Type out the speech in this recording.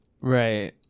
right